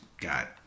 got